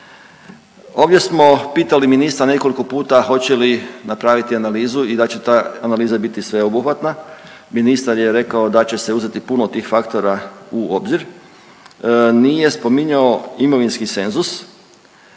Ovdje smo pitali ministra nekoliko puta hoće li napraviti analizu i da li će ta analiza biti sveobuhvatna. Ministar je rekao da će se uzeti puno tih faktora u obzir, nije spominjao imovinski senzus